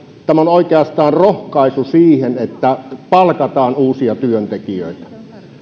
tämä on oikeastaan rohkaisu siihen että palkataan uusia työntekijöitä